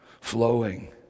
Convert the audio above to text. flowing